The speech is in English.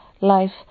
life